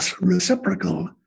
reciprocal